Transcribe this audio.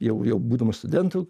jau jau būdamas studentu